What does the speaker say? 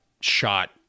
shot